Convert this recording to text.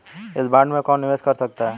इस बॉन्ड में कौन निवेश कर सकता है?